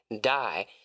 die